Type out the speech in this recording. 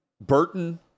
Burton